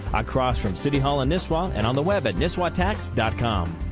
across from city hall in nisswa and on the web at nisswatax dot com